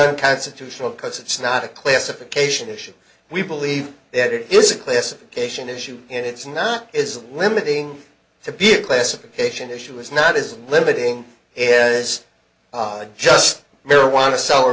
a constitutional because it's not a classification issue we believe that it is a classification issue and it's not is a limiting to be a classification issue is not as limiting as just marijuana seller